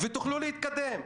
ותוכלו להתקדם.